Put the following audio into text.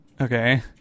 Okay